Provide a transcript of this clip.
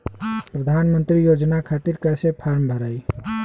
प्रधानमंत्री योजना खातिर कैसे फार्म भराई?